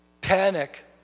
Panic